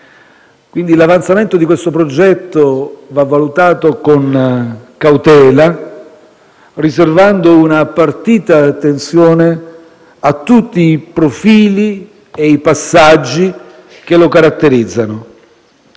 Quindi l'avanzamento di questo progetto va valutato con cautela riservando una particolare attenzione a tutti i profili e i passaggi che lo caratterizzano.